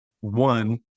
one